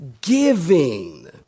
giving